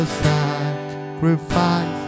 sacrifice